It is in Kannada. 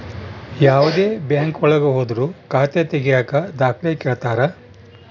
ಯಾವ್ದೇ ಬ್ಯಾಂಕ್ ಒಳಗ ಹೋದ್ರು ಖಾತೆ ತಾಗಿಯಕ ದಾಖಲೆ ಕೇಳ್ತಾರಾ